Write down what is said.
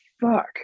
fuck